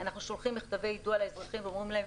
אנחנו שולחים מכתבי יידוע לאזרחים ואומרים להם,